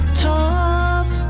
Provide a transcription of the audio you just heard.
tough